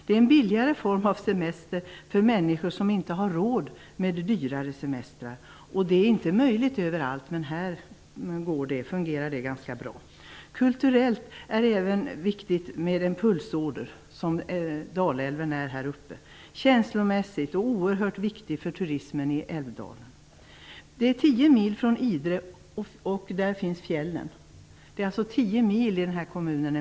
Det är en billig form av semester för människor som inte har råd med dyra semestrar. Det är inte möjligt överallt, men här fungerar det ganska bra. Även kulturellt är det viktigt med en pulsåder, som Dalälven är här uppe. Känslomässigt betyder den mycket och den är oerhört viktig för turismen i Älvdalen. Det är 10 mil mellan Älvdalen och Idre, och där finns fjällen.